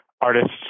artists